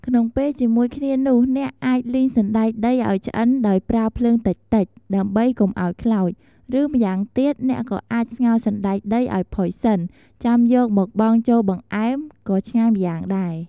ក្នុងពេលជាមួយគ្នានោះ អ្នកអាចលីងសណ្ដែកដីឲ្យឆ្អិនដោយប្រើភ្លើងតិចៗ ដើម្បីកុំឲ្យខ្លោច ឬ ម្យ៉ាងទៀត អ្នកក៏អាចស្ងោរសណ្ដែកដីឲ្យផុយសិន ចាំយកមកបង់ចូលបង្អែម ក៏ឆ្ងាញ់ម្យ៉ាងដែរ។